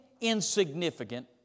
insignificant